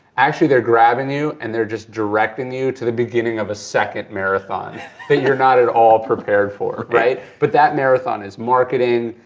actually they're grabbing you and they're just directing you to the beginning of a second marathon that you're not at all prepared for. but that marathon is marketing,